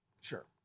Sure